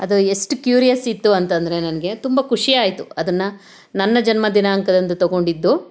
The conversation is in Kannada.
ಅದು ಎಷ್ಟು ಕ್ಯೂರಿಯಸ್ ಇತ್ತು ಅಂತಂದರೆ ನನಗೆ ತುಂಬ ಖುಷಿಯಾಯಿತು ಅದನ್ನು ನನ್ನ ಜನ್ಮ ದಿನಾಂಕದಂದು ತೊಗೊಂಡಿದ್ದು